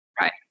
Right